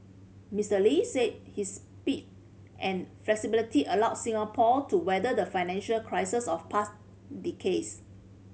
Mister Lee said his speed and flexibility allowed Singapore to weather the financial crises of past decays